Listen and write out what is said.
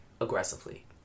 aggressively